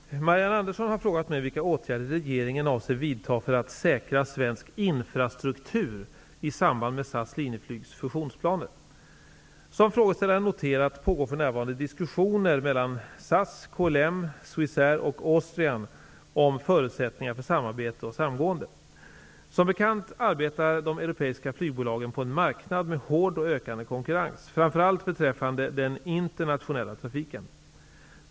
Fru talman! Marianne Andersson har frågat mig vilka åtgärder regeringen avser att vidta för att säkra svensk infrastruktur i samband med Som frågeställaren noterat pågår för närvarande diskussioner mellan SAS, KLM, Swissair och Austrian om förutsättningar för samarbete och samgående. Som bekant arbetar de europeiska flygbolagen på en marknad med hård och ökande konkurrens, framför allt beträffande den internationella trafiken.